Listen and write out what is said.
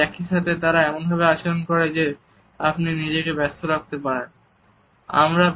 তবে একই সাথে তারা এমনভাবে আচরণ করে যে আপনি নিজেকে ব্যস্ত রাখতে রাখেন